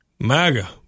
MAGA